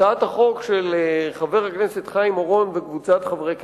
הצעת החוק של חבר הכנסת חיים אורון וקבוצת חברי הכנסת,